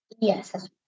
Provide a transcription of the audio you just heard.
Yes